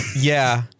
yeah-